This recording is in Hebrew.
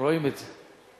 רואים את זה.